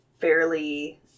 fairly